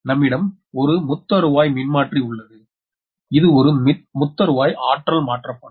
நம்மிடம் ஒரு முத்தருவாய் மின்மாற்றி உள்ளது இதில் ஒரு முத்தருவாய் ஆற்றல் மாற்றப்படும்